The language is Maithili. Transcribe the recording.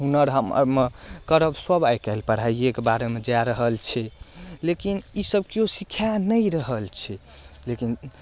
हुनर हम एहिमे करब सब आइकाल्हि पढ़ाइयेके बारेमे जाए रहल छै लेकिन ईसब केओ सिखा नहि रहल छै लेकिन